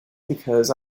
because